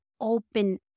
open